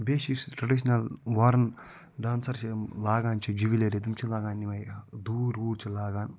بیٚیہِ چھِ أسۍ ٹریڈِشنَل وارٕن ڈانسَر چھِ یِم لاگان چھِ جیولٕری تِم چھِ لاگان یِمٕے دوٗر ووٗر چھِ لاگان